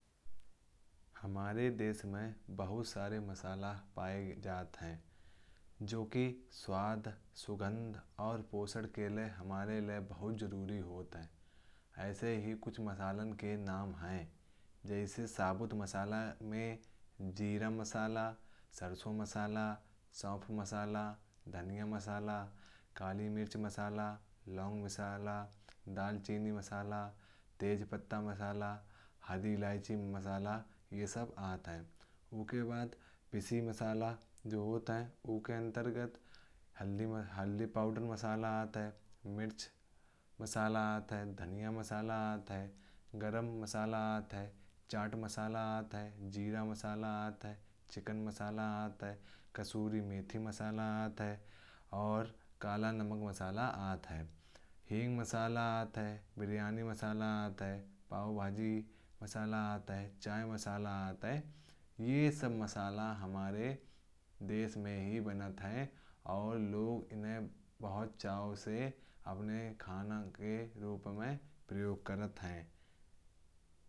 हमारे देश में बहुत सारे मसाला पाए जाते हैं। जो कि स्वाद सुगंध और पोषण के लिए हमारे लिए बहुत जरूरी होते हैं। ऐसे ही कुछ मसालों के नाम हैं जैसे साबुत मसाला में जीरा मसाला सरसों मसाला। शाप मसाला धनिया मसाला, काली मिर्च मसाला, लौंग मसाला। दालचीनी, मसाला, तेजपत्ता, मसाला, हरी इलायची मसाला यह सब आता है। वह के बाद किसी मसाला जो होता है वह के अंतर्गत हल्दी हल्दी पाउडर मसाला आता है। मिर्च मसाला आता है धनिया मसाला है। गरम मसाला, चाट मसाला आता है जीरा मसाला आता है। चिकन मसाला कसूरी मेथी मसाला आता है और काला नमक मसाला आता है। मसाला बिरयानी मसाला पाव भाजी मसाला आता है चाय मसाला। यह सब मसाला हमारे देश में ही बनता है। और लोग इन्हें बहुत जाओ से अपने खाना के रूप में प्रयोग करते हैं।